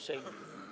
Sejm.